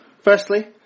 Firstly